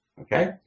Okay